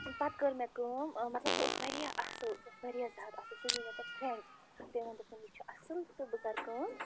پَتہٕ کٔر مےٚ کٲم مطلب سُہ اوس واریاہ اَصٕل سُہ اوس واریاہ زیادٕ اَصٕل سُہ نیٛوٗ مےٚ پَتہٕ فرٛٮ۪نٛڈ تٔمۍ ووٚن دوٚپُن یہِ چھِ اَصٕل تہٕ بہٕ کَرٕ کٲم